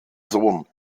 sohn